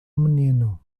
menino